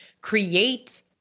create